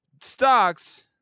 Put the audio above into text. stocks